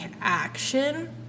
action